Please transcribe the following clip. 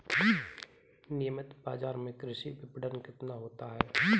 नियमित बाज़ार में कृषि विपणन कितना होता है?